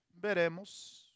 Veremos